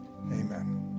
Amen